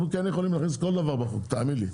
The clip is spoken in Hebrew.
אנחנו כן יכולים להכניס כל דבר בחוק, תאמין לי.